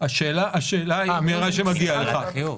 מהודעת החיוב.